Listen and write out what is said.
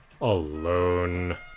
alone